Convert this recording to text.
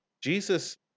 Jesus